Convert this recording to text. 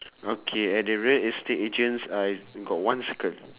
okay at the real estate agents I got one circle